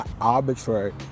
arbitrary